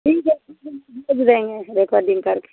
ठीक है ठीक है हम भेज देंगे एको दिन करके